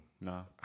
No